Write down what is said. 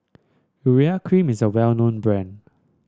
Urea Cream is a well known brand